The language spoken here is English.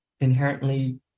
inherently